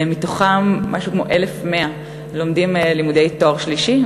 מתוכם כ-1,100 לומדים לימודי תואר שלישי,